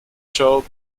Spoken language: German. show